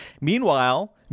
Meanwhile